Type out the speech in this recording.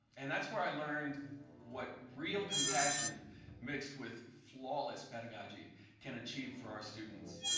and that's where i learned what real compassion mixed with flawless pedagogy can achieve for our students.